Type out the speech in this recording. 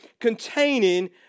containing